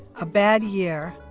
a bad year,